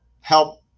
help